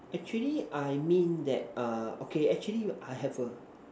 actually I mean that uh okay actually I have a